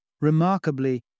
Remarkably